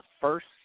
first